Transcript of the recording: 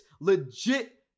legit